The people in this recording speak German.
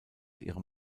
ihrem